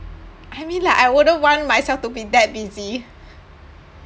I mean like I wouldn't want myself to be that busy